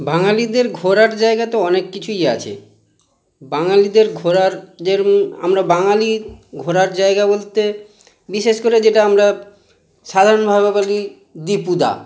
বাঙালিদের ঘোরার জায়গা তো অনেক কিছুই আছে বাঙালিদের ঘোরার যেরম আমরা বাঙালির ঘোরার জায়গা বলতে বিশেষ করে যেটা আমরা সাধারণভাবে বলি দীপুদা